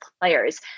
players